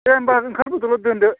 दे होमबा ओंखारबोदोल' दोन्दो